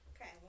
Okay